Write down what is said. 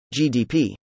GDP